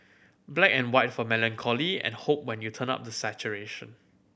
black and white for melancholy and hope when you turn up the saturation